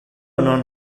non